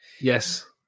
Yes